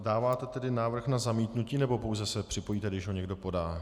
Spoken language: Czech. Dáváte tedy návrh na zamítnutí, nebo pouze se připojíte, když ho někdo podá?